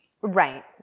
Right